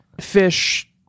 fish